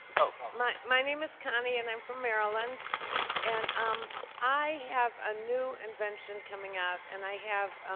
oh my my name is connie and i'm from maryland and um i have a new invention coming out and i have